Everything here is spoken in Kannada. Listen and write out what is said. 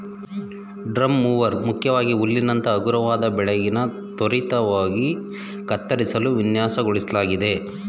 ಡ್ರಮ್ ಮೂವರ್ ಮುಖ್ಯವಾಗಿ ಹುಲ್ಲಿನಂತ ಹಗುರವಾದ ಬೆಳೆನ ತ್ವರಿತವಾಗಿ ಕತ್ತರಿಸಲು ವಿನ್ಯಾಸಗೊಳಿಸ್ಲಾಗಿದೆ